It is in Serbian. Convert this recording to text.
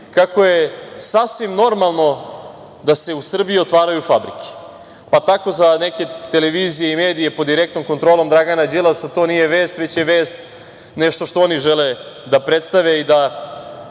kako je sasvim normalno da se u Srbiji otvaraju fabrike. Tako za neke televizije i medije pod direktnom kontrolom Dragana Đilasa to nije vest, već je vest nešto što oni žele da predstave i da